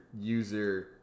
user